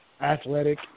athletic